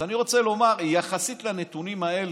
אני רוצה לומר שיחסית לנתונים האלה,